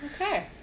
Okay